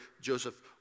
Joseph